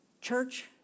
church